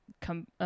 come